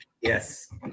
Yes